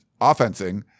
offensing